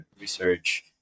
research